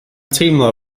teimlo